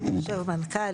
אם יושב מנכ"ל,